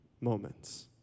moments